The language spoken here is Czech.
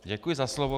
Děkuji za slovo.